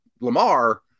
Lamar